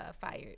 fired